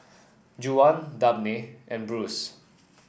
Juwan Dabney and Bruce